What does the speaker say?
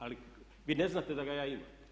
Ali vi ne znate da ga ja imam.